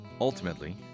Ultimately